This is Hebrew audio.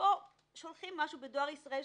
שבו שולחים משהו בדואר ישראל,